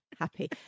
happy